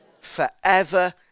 forever